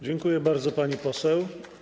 Dziękuję bardzo, pani poseł.